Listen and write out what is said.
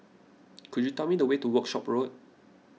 could you tell me the way to Workshop Road